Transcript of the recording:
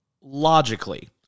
Logically